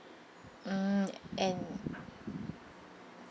mm and